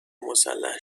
مسلح